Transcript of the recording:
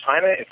China